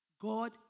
God